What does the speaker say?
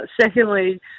Secondly